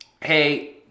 hey